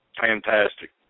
fantastic